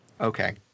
Okay